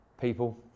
people